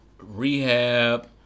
rehab